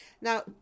now